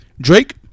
Drake